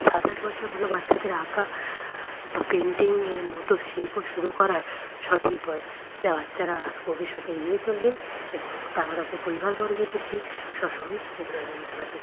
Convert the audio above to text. সাত আট বছর হলো বাচ্চাদের আঁকা বা পেইন্টিংয়ের মতো শিল্প শুরু করার সঠিক বয়েস যা বাচ্চারা ভবিষ্যতে এগিয়ে চলবে এবং তারা তাদের পরিবারবর্গদেরকে সব সময় অভিনন্দন জানাবে